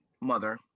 mother